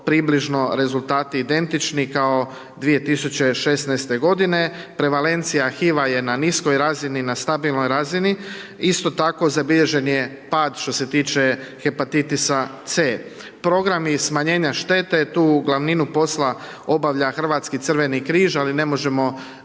približno rezultati identični kao 2016. g. prevalencija HIV-a je na niskoj razini, na stabilnoj razini. Isto tako zabilježen je pad što se tiče hepatitisa C. Programi i smanjenje štete, tu glavninu posla obavlja Hrvatski crveni križ, ali ne možemo